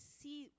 see